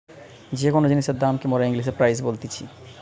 যে কোন জিনিসের দাম কে মোরা ইংলিশে প্রাইস বলতিছি